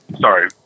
sorry